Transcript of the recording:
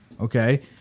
Okay